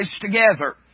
together